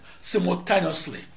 simultaneously